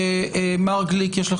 נכנסו